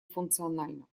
функциональна